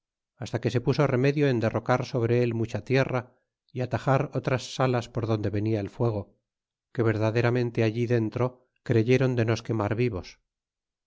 hasta que se puso remedio en derrocar sobre el mucha tierra y atajar otras salas por donde venia el fuego que verdaderamente allí dentro creyeron de nos quemar vivos